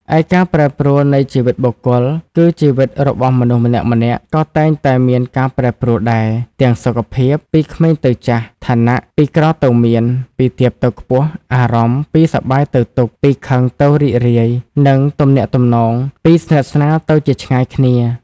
ឯ ការប្រែប្រួលនៃជីវិតបុគ្គល គឺជីវិតរបស់មនុស្សម្នាក់ៗក៏តែងតែមានការប្រែប្រួលដែរ ទាំងសុខភាព ពីក្មេងទៅចាស់ ឋានៈ ពីក្រទៅមាន ពីទាបទៅខ្ពស់ អារម្មណ៍ ពីសប្បាយទៅទុក្ខ ពីខឹងទៅរីករាយ និងទំនាក់ទំនង ពីស្និទ្ធស្នាលទៅជាឆ្ងាយគ្នា។